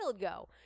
go